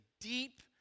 deep